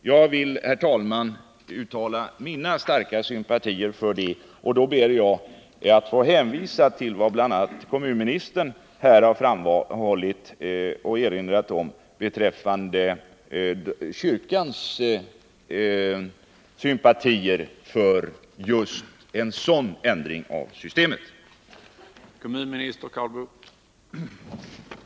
Jag vill uttala mina starka sympatier för detta, och då ber jag att få hänvisa till Om åtgärder för vad bl.a. kommunministern här har erinrat om beträffande kyrkans = att öka deltagandet sympatier för just en sådan ändring av systemet. i kyrkovalen